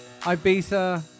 Ibiza